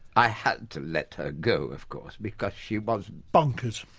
i had to let her go, of course. because she was, bonkers.